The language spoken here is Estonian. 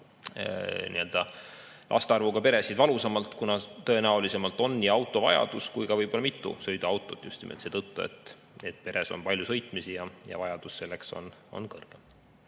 laste arvuga peresid valusamalt, kuna tõenäolisemalt on neil autovajadus ja võib-olla mitu sõiduautot just nimelt seetõttu, et peres on palju sõitmist ja vajadus selleks on [suur].